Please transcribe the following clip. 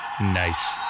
Nice